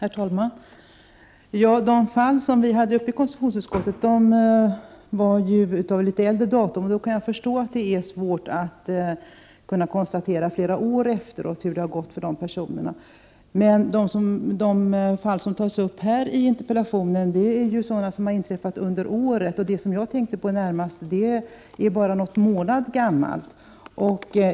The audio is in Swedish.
Herr talman! De fall som vi hade uppe i konstitutionsutskottet var ju av äldre datum, och då kan jag förstå att det är svårt att så här flera år efteråt få reda på hur det har gått för vederbörande. Men de fall som tas upp i interpellationen är sådana som har inträffat under året, och det fall jag närmast tänker på är bara någon månad gammalt.